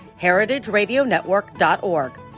heritageradionetwork.org